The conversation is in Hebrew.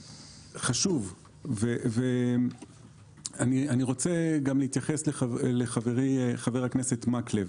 אני רוצה להתייחס גם לדברי חברי חבר הכנסת מקלב.